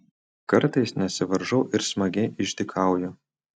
kartais nesivaržau ir smagiai išdykauju